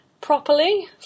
properly